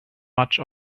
much